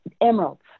emeralds